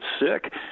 sick